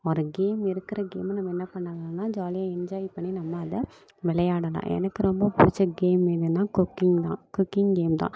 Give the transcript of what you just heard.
ஒரு கேம் இருக்கிற கேமை நம்ம என்ன பண்ணாங்கன்னா ஜாலியாக என்ஜாய் பண்ணி நம்ம அதை விளையாடலாம் எனக்கு ரொம்ப பிடிச்ச கேம் என்னென்னா குக்கிங் தான் குக்கிங் கேம் தான்